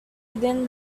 within